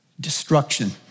destruction